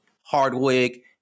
Hardwick